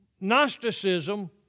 Gnosticism